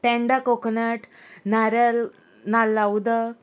टेंडा coconut नारल नाल्ला उदक